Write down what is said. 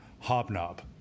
Hobnob